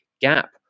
gap